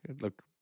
look